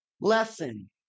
lesson